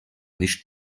nicht